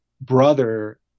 brother